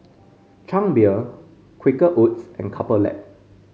Chang Beer Quaker Oats and Couple Lab